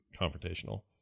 confrontational